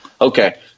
Okay